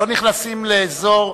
לא נכנסים לאזור,